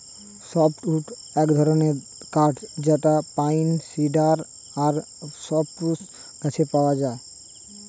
soft wood এক ধরনের কাঠ যেটা পাইন, সিডার আর সপ্রুস গাছে পাওয়া যায়